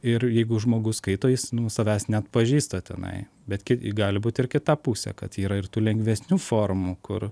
ir jeigu žmogus skaito jis nu savęs neatpažįsta tenai bet gali būti ir kita pusė kad yra ir tų lengvesnių formų kur